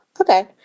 okay